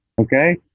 Okay